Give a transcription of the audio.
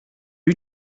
you